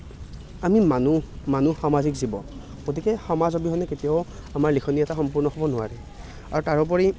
আমি মানুহ মানুহ সামাজিক জীৱ গতিকে সমাজ অবিহনে কেতিয়াও আমাৰ লিখনি এটা সম্পূৰ্ণ হ'ব নোৱাৰে আৰু তাৰোপৰি